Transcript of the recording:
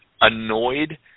annoyed